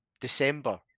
December